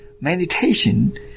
Meditation